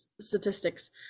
statistics